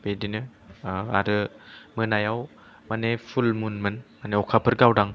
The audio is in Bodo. बेदिनो ओ आरो मोनायाव माने फुल मुनमोन माने अखाफोर गावदां